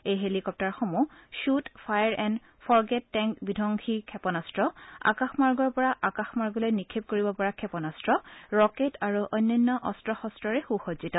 এই হেলিকপ্তাৰসমূহ খুট ফায়াৰ এণ্ড ফৰগেট টেংক বিধবংসী ক্ষেপণাস্ত্ৰ আকাশমাৰ্গৰ পৰা আকাশমাৰ্গলৈ নিক্ষেপ কৰিব পৰা ক্ষেপণাস্ত্ৰ ৰকেট আৰু অন্যান্য অস্ত্ৰ শস্তৰৰ সুসজ্জিত